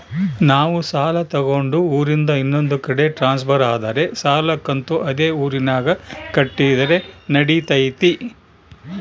ನಾವು ಸಾಲ ತಗೊಂಡು ಊರಿಂದ ಇನ್ನೊಂದು ಕಡೆ ಟ್ರಾನ್ಸ್ಫರ್ ಆದರೆ ಸಾಲ ಕಂತು ಅದೇ ಊರಿನಾಗ ಕಟ್ಟಿದ್ರ ನಡಿತೈತಿ?